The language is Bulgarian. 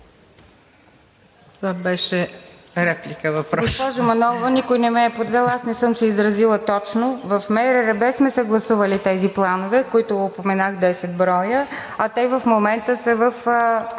Това беше реплика – въпрос.